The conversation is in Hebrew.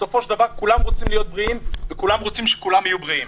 בסופו של דבר כולם רוצים להיות בריאים וכולם רוצים שכולם יהיו בריאים.